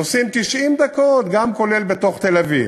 נוסעים 90 דקות, כולל בתוך תל-אביב.